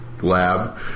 lab